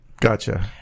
Gotcha